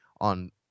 on